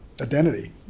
identity